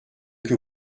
que